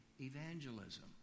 evangelism